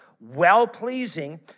well-pleasing